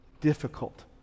difficult